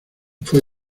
fue